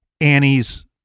Annie's